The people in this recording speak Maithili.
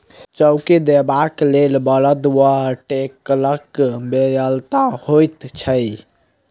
चौकी देबाक लेल बड़द वा टेक्टरक बेगरता होइत छै